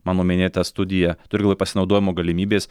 mano minėta studija turiu galvoj pasinaudojimo galimybės